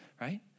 right